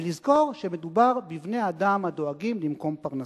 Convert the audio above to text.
ולזכור שמדובר בבני-אדם הדואגים למקום פרנסתם.